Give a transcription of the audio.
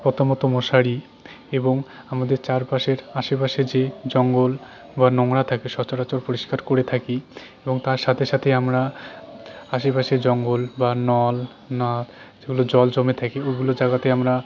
প্রথমত মশারি এবং আমাদের চারপাশের আশেপাশে যে জঙ্গল বা নোংরা থাকে সচরাচর পরিষ্কার করে থাকি এবং তার সাথে সাথে আমরা আশেপাশে জঙ্গল বা নল নদ সেগুলো জল জমে থাকে ওগুলো জায়গাতে আমরা